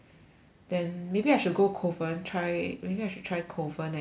then maybe I should go kovan try maybe I should try kovan next week